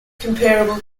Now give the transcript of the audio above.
comparable